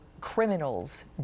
criminals